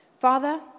Father